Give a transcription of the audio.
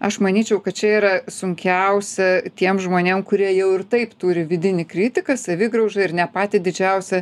aš manyčiau kad čia yra sunkiausia tiem žmonėm kurie jau ir taip turi vidinį kritiką savigraužą ir ne patį didžiausią